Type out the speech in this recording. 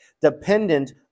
dependent